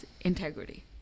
integrity